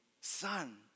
son